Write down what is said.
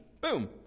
boom